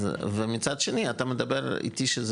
ומצד שני אתה מדבר איתי,